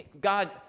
God